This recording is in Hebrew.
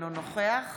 אינו נוכח